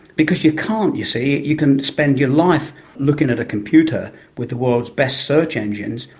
because you can't, you see. you can spend your life looking at a computer with the world's best search engines,